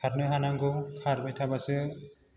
खारनो हानांगौ खारबाय थाबासो